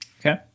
Okay